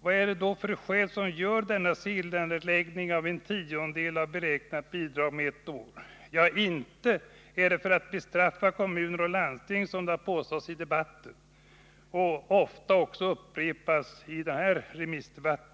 Vad är det då för skäl till denna senareläggning av en tiondel av beräknat bidrag under ett år? Inte att straffa kommuner och landsting, som det har påståtts och ofta upprepats i denna remissdebatt.